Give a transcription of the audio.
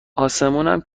اسمونم